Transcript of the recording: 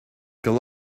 could